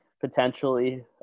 potentially